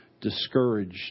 discouraged